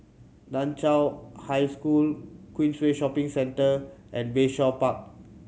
Nan Chiau High School Queensway Shopping Centre and Bayshore Park